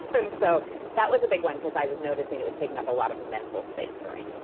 and so that was a big one, because i was noticing it was taking up a lot of mental space for me.